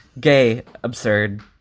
gay. absurd.